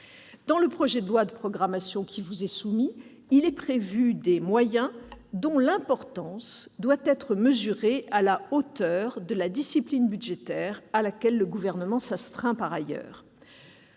présent projet de loi de programmation prévoit des moyens dont l'importance doit être mesurée à la hauteur de la discipline budgétaire à laquelle le Gouvernement s'astreint par ailleurs.